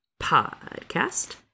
podcast